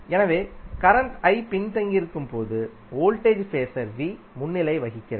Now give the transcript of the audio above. எனவே கரண்ட் பின்தங்கியிருக்கும்போதுவோல்டேஜ் ஃபேஸர் முன்னிலை வகிக்கிறது